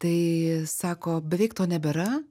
tai sako beveik to nebėra